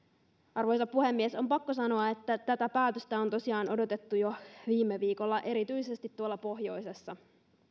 arvoisa puhemies on pakko sanoa että tätä päätöstä on tosiaan odotettu jo viime viikolla erityisesti tuolla pohjoisessa